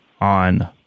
on